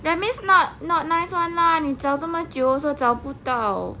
that means not not nice [one] lah 你找这么久都找不到